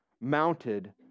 mounted